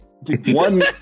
One